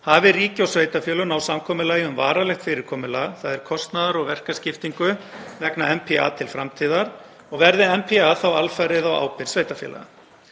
hafi ríki og sveitarfélög náð samkomulagi um varanlegt fyrirkomulag, þ.e. kostnaðar- og verkaskiptingu vegna NPA til framtíðar, og verði NPA þá alfarið á ábyrgð sveitarfélaga.